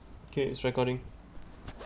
okay it's recording